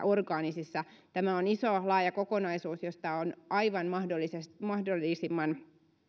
orgaanisissa lannoitteissa tämä on iso laaja kokonaisuus josta on aivan mahdollisesti